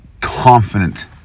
confident